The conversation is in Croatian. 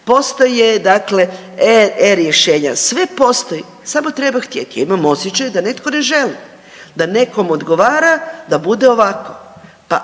Postoje e-rješenja, sve postoji, samo treba htjeti. Ja imam osjećaj da netko ne želi, da nekom odgovara da bude ovako,